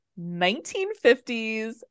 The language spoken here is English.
1950s